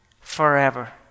forever